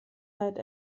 halt